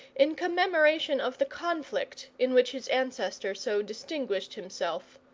in commemoration of the conflict in which his ancestor so distinguished himself.